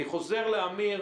אני חוזר לאמיר,